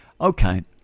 Okay